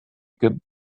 could